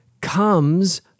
comes